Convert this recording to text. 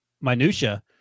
minutia